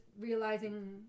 realizing